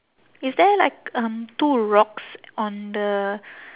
is there like um two rocks on the